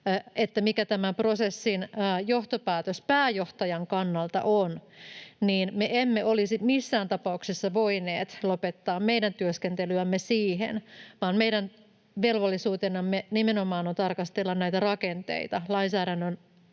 siitä, mikä tämän prosessin johtopäätös pääjohtajan kannalta on, me emme olisi missään tapauksessa voineet lopettaa meidän työskentelyämme siihen, vaan meidän velvollisuutenamme nimenomaan on tarkastella näitä rakenteita, lainsäädännön